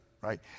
right